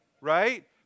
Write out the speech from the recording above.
right